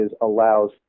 allows